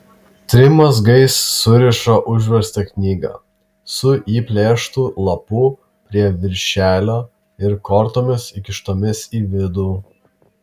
trim mazgais suriša užverstą knygą su išplėštu lapu prie viršelio ir kortomis įkištomis į vidų